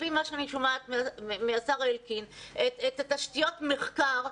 את תשתיות המחקר,